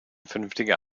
vernünftiger